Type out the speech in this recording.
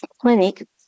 clinic